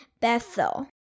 Bethel